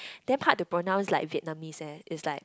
damn hard to pronounce like Vietnamese eh it's like